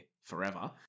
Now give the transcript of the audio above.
forever